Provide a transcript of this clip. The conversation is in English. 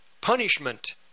punishment